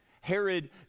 Herod